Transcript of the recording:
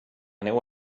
neu